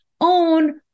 own